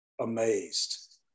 amazed